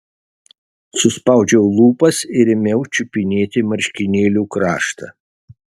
suspaudžiau lūpas ir ėmiau čiupinėti marškinėlių kraštą